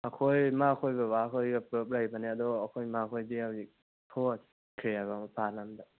ꯑꯩꯈꯣꯏ ꯏꯃꯥꯈꯣꯏ ꯕꯕꯥꯈꯣꯏꯒ ꯄꯨꯂꯞ ꯂꯩꯕꯅꯦ ꯑꯗꯣ ꯑꯩꯈꯣꯏ ꯏꯃꯥ ꯈꯣꯏꯗꯤ ꯍꯧꯖꯤꯛ ꯊꯣꯛꯈꯤꯑꯕ ꯃꯄꯥꯜ ꯂꯝꯗ